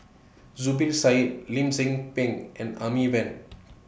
Zubir Said Lim Tze Peng and Amy Van